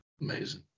Amazing